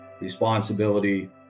responsibility